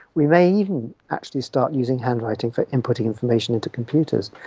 we may even actually start using handwriting for inputting information into computers.